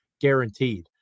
guaranteed